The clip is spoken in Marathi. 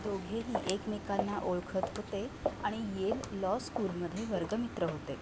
दोघेही एकमेकांना ओळखत होते आणि येल लॉ स्कूलमध्ये वर्गमित्र होते